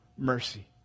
Mercy